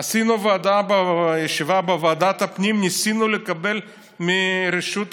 עשינו ישיבה בוועדת הפנים, ניסינו לקבל נתונים